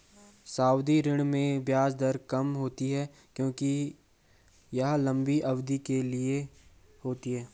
सावधि ऋण में ब्याज दर कम होती है क्योंकि यह लंबी अवधि के लिए होती है